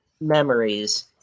memories